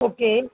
okay